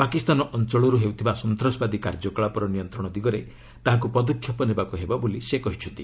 ପାକିସ୍ତାନ ଅଞ୍ଚଳରୁ ହେଉଥିବା ସନ୍ତାସବାଦୀ କାର୍ଯ୍ୟକଳାପର ନିୟନ୍ତ୍ରଣ ଦିଗରେ ତାହାକୁ ପଦକ୍ଷେପ ନେବାକୁ ହେବ ବୋଲି ସେ କହିଛନ୍ତି